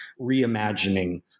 Reimagining